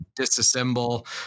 disassemble